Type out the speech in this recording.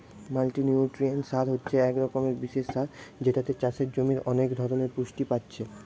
multinutrient সার হচ্ছে এক রকমের বিশেষ সার যেটাতে চাষের জমির অনেক ধরণের পুষ্টি পাচ্ছে